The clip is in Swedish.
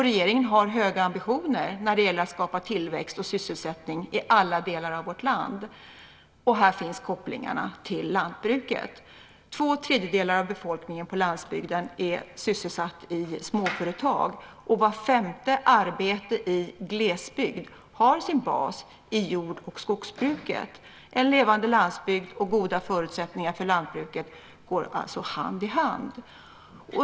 Regeringen har höga ambitioner när det gäller att skapa tillväxt och sysselsättning i alla delar av vårt land. Här finns kopplingarna till lantbruket. Två tredjedelar av befolkningen på landsbygden är sysselsatt i småföretag. Vart femte arbete i glesbygd har sin bas i jord och skogsbruket. En levande landsbygd och goda förutsättningar för lantbruket går alltså hand i hand.